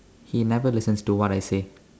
he never listens to what I say